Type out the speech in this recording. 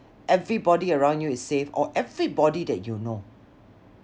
everybody around you is safe or everybody that you know